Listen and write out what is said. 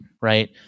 right